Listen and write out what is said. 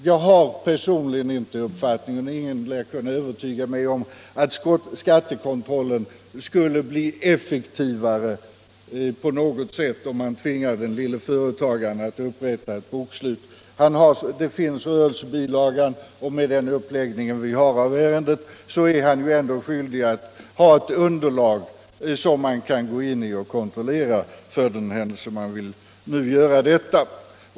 Jag har personligen inte uppfattningen — och ingen lär heller kunna övertyga mig om det — att skattekontrollen skulle på något sätt bli effektivare om man tvingade den lille företagaren att upprätta bokslut. Det finns uppgifter i rörelsebilagan, och med den uppläggning vi har av ärendet är han ändå skyldig att i bokföringen ha ett underlag som man kan gå in i och kontrollera för den händelse man vill göra detta.